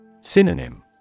Synonym